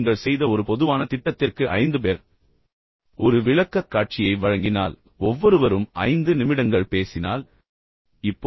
நீங்கள் செய்த ஒரு பொதுவான திட்டத்திற்கு ஐந்து பேர் ஒரு விளக்கக்காட்சியை வழங்குவது போன்ற குழு விளக்கக்காட்சிகளை நீங்கள் வழங்குகிறீர்கள் என்றால் ஒவ்வொருவரும் ஐந்து நிமிடங்கள் பேசுகிறீர்கள் என்று சொல்வோம்